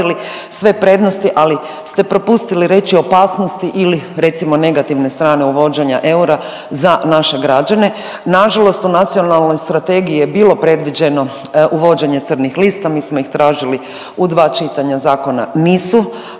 sve prednosti, ali ste propustili reći opasnosti ili recimo negativne strane uvođenja eura za naše građane. Nažalost u nacionalnoj strategiji je bilo predviđeno uvođenje crnih lista, mi smo ih tražili u dva čitanja zakona, nisu